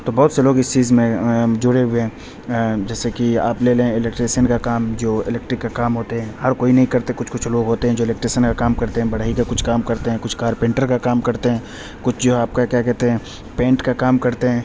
تو بہت سے لوگ اس چیز میں جڑے ہوئے ہیں جیسے کہ آپ لے لیں الیکٹریسین کا کام جو الیکٹرک کا کام ہوتے ہیں ہر کوئی نہیں کرتے کچھ کچھ لوگ ہوتے ہیں جو الیکٹریسین کا کام کرتے ہیں بڑھئی کا کچھ کام کرتے ہیں کچھ کارپینٹر کا کام کرتے ہیں کچھ جو ہے آپ کا کیا کہتے ہیں پینٹ کا کام کرتے ہیں